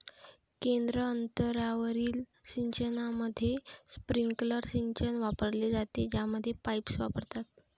केंद्र अंतरावरील सिंचनामध्ये, स्प्रिंकलर सिंचन वापरले जाते, ज्यामध्ये पाईप्स वापरतात